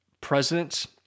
presidents